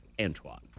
Antoine